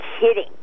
kidding